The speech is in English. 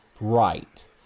right